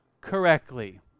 correctly